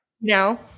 No